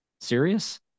serious